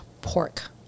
pork